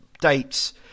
dates